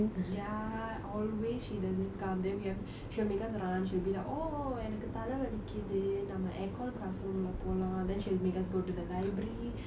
ya always she doesn't come then we have she'll make us run she'll be like oh எனக்கு தலை வலிக்குது நம்ம:enakku thalai valikkuthu namma aircon classroom லே போலாம்:le polaam then she'll make us go to the library